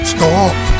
Stop